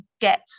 get